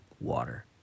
water